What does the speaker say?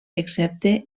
excepte